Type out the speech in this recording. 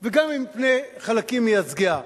וגם מפני חלקים ממייצגיה.